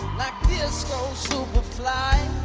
disco superfly